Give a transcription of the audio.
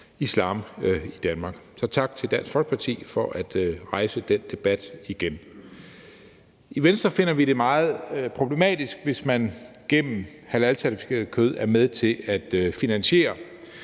islam i Danmark. Så tak til Dansk Folkeparti for at rejse den debat igen. I Venstre finder vi det meget problematisk, hvis man gennem halalcertificeret kød er med til at finansiere